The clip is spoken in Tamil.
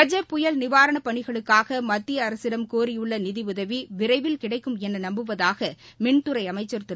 கஜ புயல் நிவாரணப் பணிகளுக்காக மத்திய அரசிடம் கோரியுள்ள நிதியுதவி விரைவில் கிடைக்கும் என நம்புவதாக மின்துறை அமைச்சர் திரு